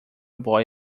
boy